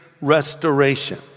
restoration